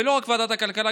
ולא רק ועדת הכלכלה,